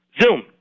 Zoom